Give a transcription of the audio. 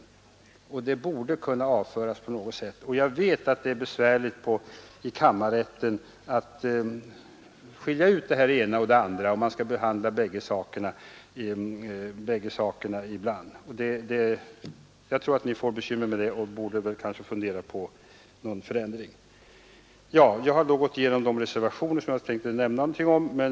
Sådana frågor borde på något sätt kunna avföras från denna nivå. Jag vet att det ibland är besvärligt för kammarrätten att skilja ut den ena och den andra kategorin av ärenden. Ni borde därför överväga en förändring i detta avseende. Jag har nu gått igenom de reservationer som jag tänkte ta upp.